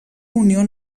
unió